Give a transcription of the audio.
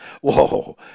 Whoa